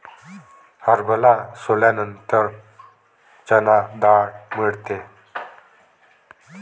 हरभरा सोलल्यानंतर चणा डाळ मिळते